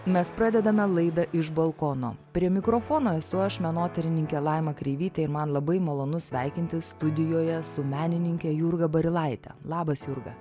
mes pradedame laidą iš balkono prie mikrofono esu aš menotyrininkė laima kreivytė ir man labai malonu sveikintis studijoje su menininke jurga barilaite labas jurga